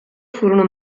furono